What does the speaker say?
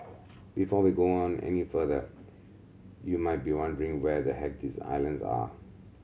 before we go on any further you might be wondering where the heck these islands are